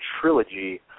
trilogy